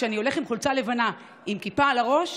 כשאני הולך עם חולצה לבנה ועם כיפה על הראש,